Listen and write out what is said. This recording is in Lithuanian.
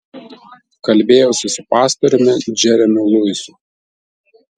kalbėjausi su pastoriumi džeremiu luisu